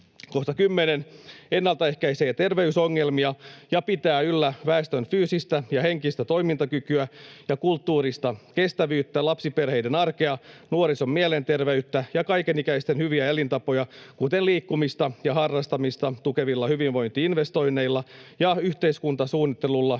10) ennaltaehkäisee terveysongelmia ja pitää yllä väestön fyysistä ja henkistä toimintakykyä ja kulttuurista kestävyyttä lapsiperheiden arkea, nuorison mielenterveyttä ja kai-kenikäisten hyviä elintapoja, kuten liikkumista ja harrastamista, tukevilla hyvinvointi-investoinneilla ja yhdyskuntasuunnittelulla